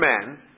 man